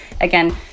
again